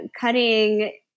cutting